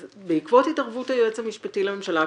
אז בעקבות התערבות היועץ המשפטי לממשלה,